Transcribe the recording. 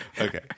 okay